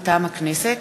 מטעם הכנסת: